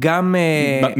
גם